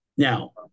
Now